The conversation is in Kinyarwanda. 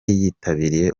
yitabiriye